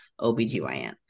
OBGYN